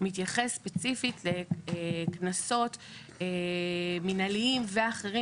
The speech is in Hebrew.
מתייחסות ספציפית לקנסות מנהליים ואחרים